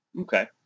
Okay